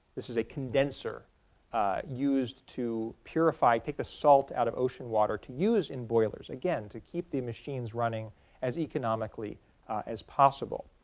this is a condenser used to purify take the salt out of ocean water to use in boilers. again, to keep the machines running as economically as possible.